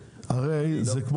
תראה, הרי זה כמו